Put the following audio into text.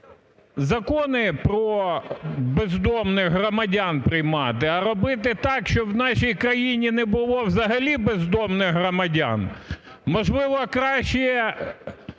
закони про бездомних громадян приймати, а робити так, щоб в нашій країні не було взагалі бездомних громадян? Можливо, краще